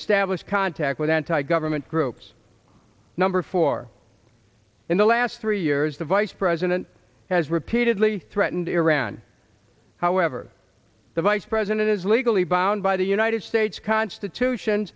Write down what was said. establish contact with anti government groups number four in the last three years the vice president has repeatedly threatened iran however the vice president is legally bound by the united states constitution